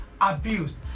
abused